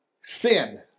sin